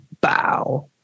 Bow